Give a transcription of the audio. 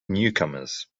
newcomers